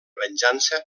venjança